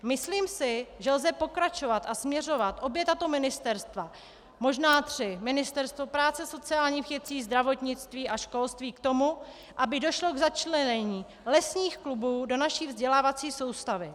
Myslím si, že lze pokračovat a směřovat obě tato ministerstva, možná tři, ministerstva práce a sociálních věcí, zdravotnictví a školství, k tomu, aby došlo k začlenění lesních klubů do naší vzdělávací soustavy.